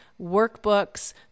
workbooks